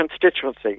constituency